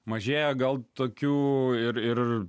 mažėja gal tokių ir ir